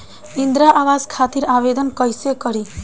इंद्रा आवास खातिर आवेदन कइसे करि?